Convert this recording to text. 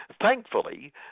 Thankfully